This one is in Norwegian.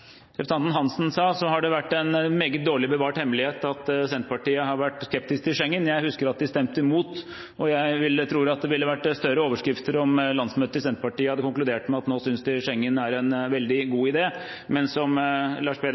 representanten Eva Kristin Hansen sa, har det vært en meget dårlig bevart hemmelighet at Senterpartiet har vært skeptisk til Schengen. Jeg husker at de stemte imot, og jeg tror at det ville vært større overskrifter om landsmøtet i Senterpartiet hadde konkludert med at nå synes de Schengen er en veldig god idé. Men som